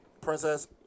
Princess